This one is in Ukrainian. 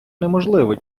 неможливо